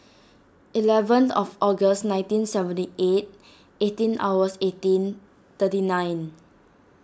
eleven of August nineteen seventy eight eighteen hours eighteen thirty nine